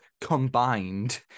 combined